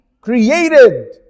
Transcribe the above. created